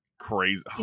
crazy